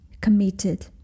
committed